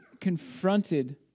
confronted